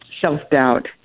self-doubt